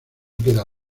queda